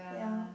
ya